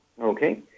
Okay